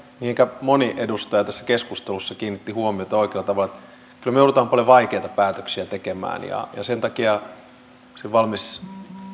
mihinkä moni edustaja tässä keskustelussa kiinnitti huomiota oikealla tavalla on että kyllä me joudumme paljon vaikeita päätöksiä tekemään sen takia olisin valmis